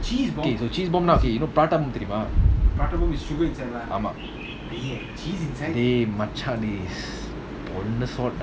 okay so cheese bomb lah you know prata